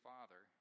Father